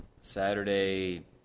Saturday